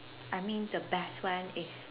I mean the best one is